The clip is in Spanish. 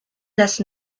las